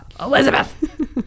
Elizabeth